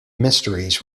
mysteries